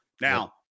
Now